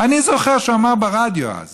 אני זוכר שהוא אמר ברדיו אז